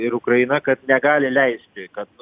ir ukraina kad negali leisti kad